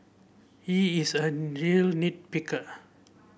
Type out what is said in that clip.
he is a real nit picker